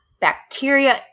Bacteria